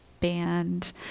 band